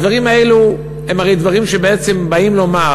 הדברים האלה הם הרי דברים שבעצם באים לומר